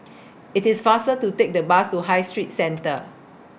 IT IS faster to Take The Bus to High Street Centre